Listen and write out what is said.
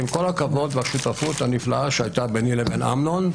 עם כל הכבוד והשותפות הנפלאה שהייתה ביני לבין אמנון,